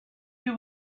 you